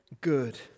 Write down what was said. good